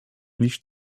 nicht